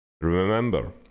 remember